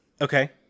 Okay